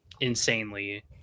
insanely